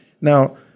Now